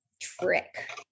Trick